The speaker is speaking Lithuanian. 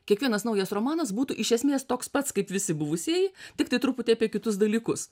kiekvienas naujas romanas būtų iš esmės toks pats kaip visi buvusieji tiktai truputį apie kitus dalykus